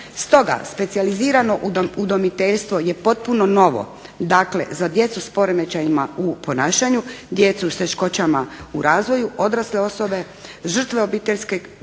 Stoga specijalizirano udomiteljstvo je potpuno novo. Dakle, za djecu s poremećajima u ponašanju djecu s teškoćama u razvoju, odrasle osobe, žrtve obiteljskog